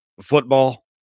football